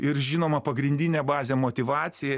ir žinoma pagrindinė bazė motyvacija